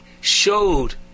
showed